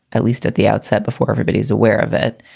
at least at the outset, before everybody is aware of it.